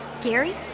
Gary